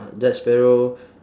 jack sparrow